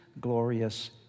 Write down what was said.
glorious